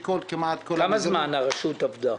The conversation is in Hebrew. כמה זמן הרשות עבדה?